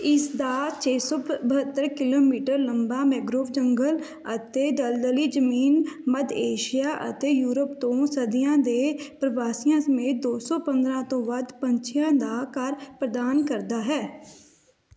ਇਸ ਦਾ ਛੇ ਸੌ ਬਹੱਤਰ ਕਿਲੋਮੀਟਰ ਲੰਬਾ ਮੈਂਗ੍ਰੋਵ ਜੰਗਲ ਅਤੇ ਦਲਦਲੀ ਜ਼ਮੀਨ ਮੱਧ ਏਸ਼ੀਆ ਅਤੇ ਯੂਰਪ ਤੋਂ ਸਰਦੀਆਂ ਦੇ ਪ੍ਰਵਾਸੀਆਂ ਸਮੇਤ ਦੋ ਸੌ ਪੰਦਰ੍ਹਾਂ ਤੋਂ ਵੱਧ ਪੰਛੀਆਂ ਦਾ ਘਰ ਪ੍ਰਦਾਨ ਕਰਦਾ ਹੈ